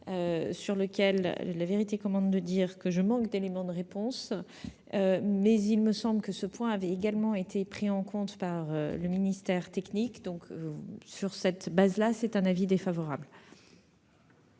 sur lequel la vérité commande de dire que je manque d'éléments de réponse, mais il me semble que ce point avait également été pris en compte par le ministère technique. La parole est à M. René-Paul